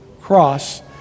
cross